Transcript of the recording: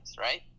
right